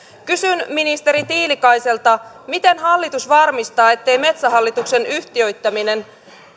kysyn ministeri tiilikaiselta miten hallitus varmistaa ettei metsähallituksen yhtiöittäminen